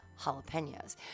jalapenos